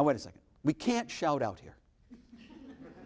and what is it we can't shout out here